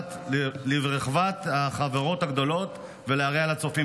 לרווחת החברות הגדולות ולהרע לצופים?